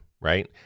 right